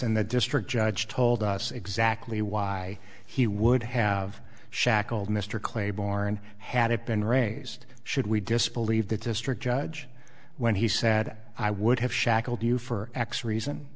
and the district judge told us exactly why he would have shackled mr claiborne had it been raised should we disbelieve the district judge when he said i would have shackled you for x reason